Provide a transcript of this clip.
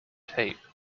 tape